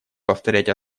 повторять